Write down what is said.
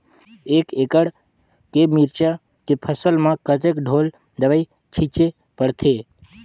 एक एकड़ के मिरचा के फसल म कतेक ढोल दवई छीचे पड़थे?